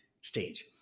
stage